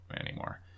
anymore